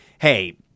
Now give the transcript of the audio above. Hey